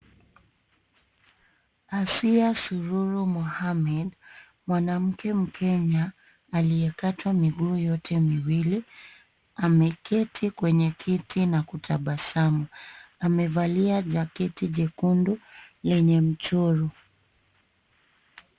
Asiya Sururu Mohammed, mwanamke mkenya aliyekatwa miguu yote miwili, ameketi kwenye kiti na kutabasamu . Amevalia jaketi jekundu lenye mchoro.